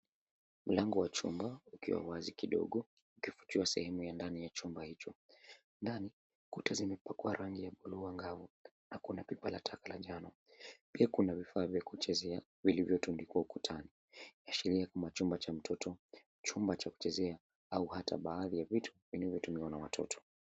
Mlango wa chumba ukiwa wazi kidogo ukifichua sehemu ya ndani ya chumba hicho. Ndani kuta zimepakwa rangi za bluu angavu na kuna pipa la taka la njano pia kuna vifaa vya kuchezea vilivyotundikwa ukutani ashiria kama chumba cha mtoto, chumba cha kuchezea au hata baadhi ya vitu vinavyo tumiwa na watoto.